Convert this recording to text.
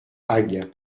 hague